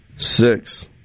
Six